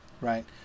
right